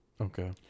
Okay